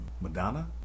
Madonna